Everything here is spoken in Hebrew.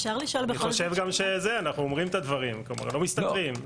אנחנו אומרים את הדברים, לא מסתתרים.